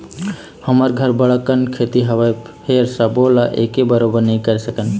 हमर घर बड़ अकन खेती हवय, फेर सबो ल एके बरोबर नइ करे सकन